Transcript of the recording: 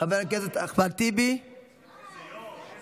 חבר הכנסת אחמד טיבי, איזה